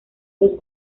los